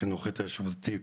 החינוך ההתיישבותי.